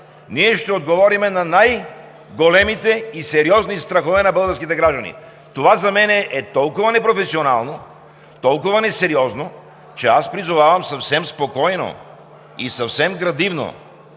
ние ще отговорим на най-големите и сериозни страхове на българските граждани?! Това за мен е толкова непрофесионално, толкова несериозно, че аз призовавам съвсем спокойно и съвсем градивно